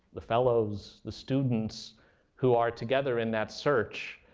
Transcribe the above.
the fellows, the students who are together in that search,